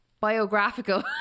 biographical